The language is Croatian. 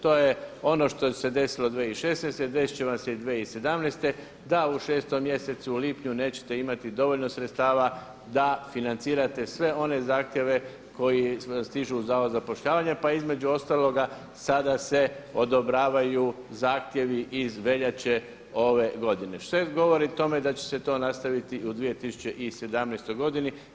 To je ono što se desilo 2016., desit će vam se i 2017. godine, da u 6. mjesecu, lipnju, nećete imati dovoljno sredstava da financirate sve one zahtjeve koji stižu u Zavod za zapošljavanje pa između ostaloga sada se odobravaju zahtjevi iz veljače ove godine, što govori o tome da će se nastaviti i u 2017. godini.